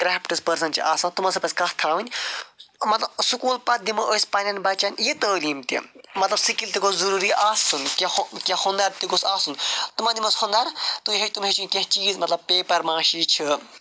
crafts person چھِ آسان تِمن سۭتۍ پَزِ کَتھ تھاوٕنۍ مطلب سکوٗل پتہٕ دِمو أسۍ پنٕنٮ۪ن بچن یہِ تٲلیٖم تہِ مطلب سِکِل تہِ گوٚژھ ضروٗری آسُن کیٚنٛہہ کیٚنٛہہ ہُنر تہِ گوٚژھ آسُن تِمن دِمو أسۍ ہُنر تُہۍ ہٮ۪کو تِم ہیٚچھِنۍ کیٚنٛہہ چیٖز مطلب پیٚپر ماشی چھِ